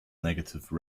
negative